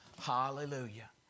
Hallelujah